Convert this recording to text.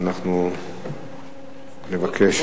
אנחנו נבקש,